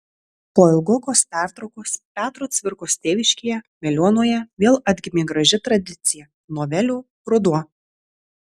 po ilgokos pertraukos petro cvirkos tėviškėje veliuonoje vėl atgimė graži tradicija novelių ruduo